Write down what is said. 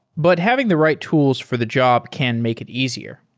but having the right tools for the job can make it easier.